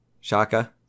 Shaka